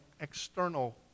external